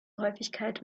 häufigkeit